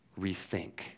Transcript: rethink